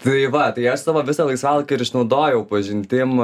tai va tai aš savo visą laisvalaikį ir išnaudojau pažintim